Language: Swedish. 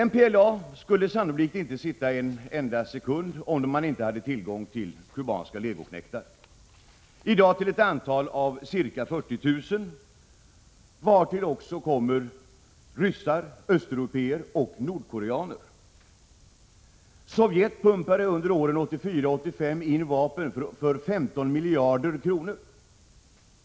MPLA skulle sannolikt inte sitta en enda sekund om man inte hade tillgång till kubanska legoknektar, i dag till ett antal av ca 40 000, vartill kommer ryssar, östeurpéer och nordkoreaner. Sovjet pumpade under åren 1984-1985 in vapen för 15 miljarder kronor.